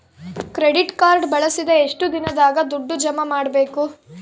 Credit card ಬಳಸಿದ ಎಷ್ಟು ದಿನದಾಗ ದುಡ್ಡು ಜಮಾ ಮಾಡ್ಬೇಕು?